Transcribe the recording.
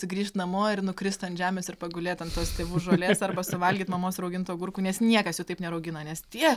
sugrįžt namo ir nukrist ant žemės ir pagulėt ant tos žolės arba suvalgyt mamos raugintų agurkų nes niekas jų taip neraugina nes tie